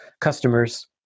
customers